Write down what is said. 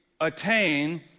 attain